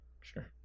sure